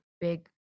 big